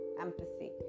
empathy